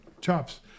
chops